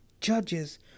judges